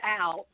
out